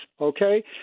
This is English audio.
Okay